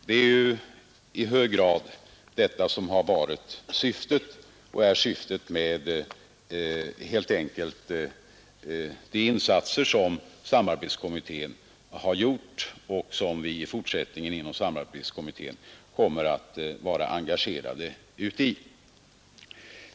Det är ju i hög grad detta som är syftet med de insatser som samarbetskommittén har gjort och som vi i fortsättningen inom samarbetskommittén kommer att vara engagerade i.